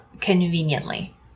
conveniently